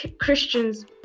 christians